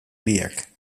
biak